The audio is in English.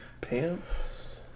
pants